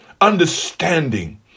understanding